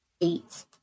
eight